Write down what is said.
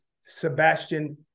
Sebastian